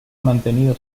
mantenido